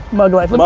mug life, and